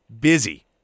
busy